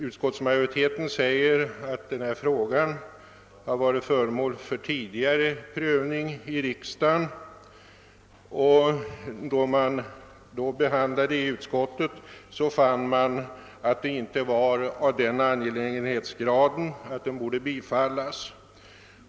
Utskottsmajoriteten säger att denna fråga varit föremål för tidigare prövning i riksdagen men att man vid den tidigare behandlingen i utskottet fann att förslaget inte var av den angelägenhetsgraden att det borde bifallas.